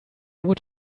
would